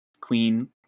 Queen